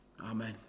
Amen